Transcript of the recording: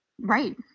right